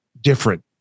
different